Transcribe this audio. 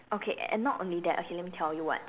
okay and not only that okay let me tell you what